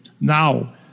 Now